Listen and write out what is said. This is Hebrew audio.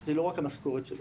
זה לא רק המשכורת שלו,